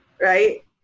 right